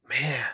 Man